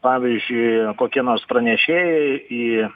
pavyzdžiui kokie nors pranešėjai į